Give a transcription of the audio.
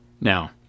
Now